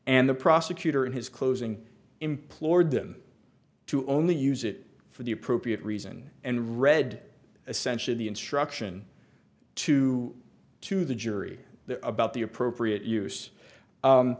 and the prosecutor in his closing implored them to only use it for the appropriate reason and read essentially the instruction to to the jury about the appropriate use